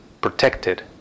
protected